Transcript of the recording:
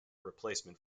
replacement